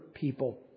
people